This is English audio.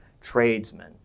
tradesmen